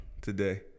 today